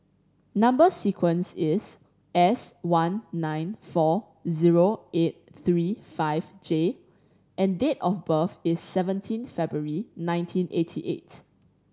number sequence is S one nine four zero eight three five J and date of birth is seventeen February nineteen eighty eight